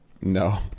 No